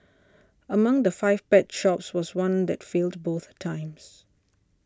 among the five pet shops was one that failed both times